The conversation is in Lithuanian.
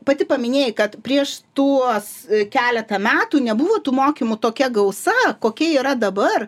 pati paminėjai kad prieš tuos keletą metų nebuvo tų mokymų tokia gausa kokia yra dabar